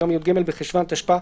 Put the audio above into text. ביום י"ג בחשוון התשפ"א